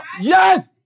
yes